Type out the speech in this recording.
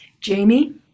Jamie